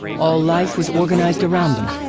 all life was organized around them.